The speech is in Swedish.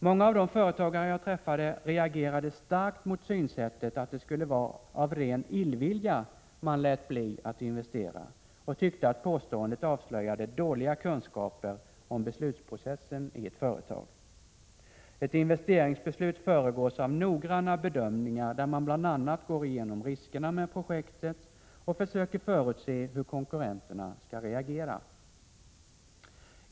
Många av de företagare jag träffade reagerade starkt mot synsättet att det skulle vara av ren illvilja man lät bli att investera och tyckte att påståendet avslöjade dåliga kunskaper om beslutsprocessen i ett företag. Ett investeringsbeslut föregås av noggranna bedömningar, där man bl.a. går igenom riskerna med projektet och försöker förutse hur konkurrenterna skall reagera.